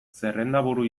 zerrendaburu